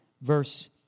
verse